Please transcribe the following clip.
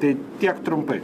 tai tiek trumpai